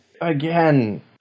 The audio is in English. Again